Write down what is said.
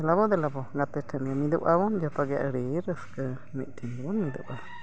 ᱫᱮᱞᱟᱵᱚ ᱫᱮᱞᱟᱵᱚ ᱜᱮᱛᱮᱴᱷᱮᱱ ᱢᱤᱫᱚᱜ ᱟᱵᱚᱱ ᱡᱚᱛᱚᱜᱮ ᱟᱹᱰᱤ ᱨᱟᱹᱥᱠᱟᱹ ᱢᱤᱫ ᱴᱷᱮᱱ ᱜᱮᱵᱚᱱ ᱢᱤᱫᱚᱜᱼᱟ